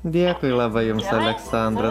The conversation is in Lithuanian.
dėkui labai jums aleksandrai